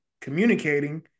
communicating